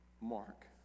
Mark